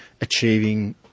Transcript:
achieving